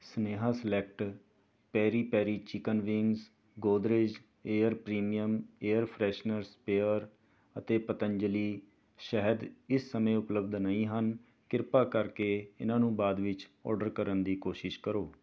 ਸਨੇਹਾ select peri peri chicken wings Godrej air premium air freshener spray ਅਤੇ ਪਤੰਜਲੀ ਸ਼ਹਿਦ ਇਸ ਸਮੇਂ ਉਪਲਬਧ ਨਹੀਂ ਹਨ ਕ੍ਰਿਪਾ ਕਰਕੇ ਇਹਨਾਂ ਨੂੰ ਬਾਅਦ ਵਿੱਚ ਆਰਡਰ ਕਰਨ ਦੀ ਕੋਸ਼ਿਸ਼ ਕਰੋ